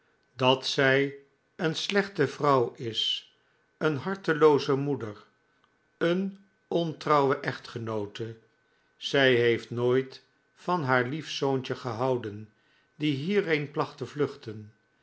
dat zij een slechte vrouw is een hartelooze moeder een ontrouwe echtgenoote zij heeft nooit van haar lief zoontje gehouden die hierheen placht te vluchten